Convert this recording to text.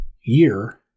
year